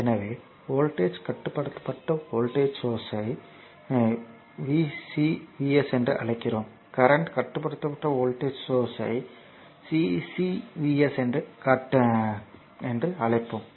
எனவே வோல்டேஜ் கட்டுப்பாட்டு voltage source ஐ VCVS என்று அழைக்கிறோம் கரண்ட் கட்டுப்படுத்தப்பட்ட வோல்ட்டேஜ் சோர்ஸ் ஐ CCVS என்று காட்டியுள்ளோம்